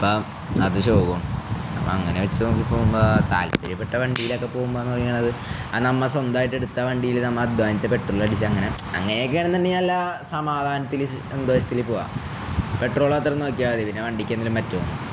അപ്പ അത് ശോഖണ് അപ്പ അങ്ങനെ വെച്ച് നോക്കി പോകുമ്പോ താല്പര്യപ്പെട്ട വണ്ടിലൊക്കെ പോകുമ്പോന്ന് പറയണത് ആത് നമ്മ സ്വന്തായിട്ട് എടുത്ത വണ്ടീയില്ല് നമ്മ അധ്വാനിച്ച പെട്രോളടിച്ച അങ്ങനെ അങ്ങനെയൊക്കെയാണെന്ന്ുണ്ടെങ്കി എല്ല സമാധാനത്തില് സന്തോഷത്തില് പോവാ പെട്രോള അത്ര നോക്കിയ മതി പിന്നെ വണ്ടിക്കുന്നേലും മറ്റോും